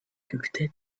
күктә